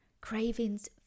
Cravings